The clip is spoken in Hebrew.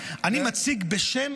אתה מציג בשם